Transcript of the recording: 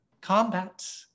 combat